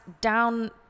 down